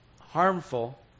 harmful